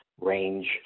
range